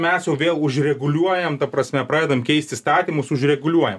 mes jau vėl užreguliuojam ta prasme pradedam keist įstatymus užreguliuojam